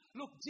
look